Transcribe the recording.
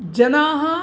जनाः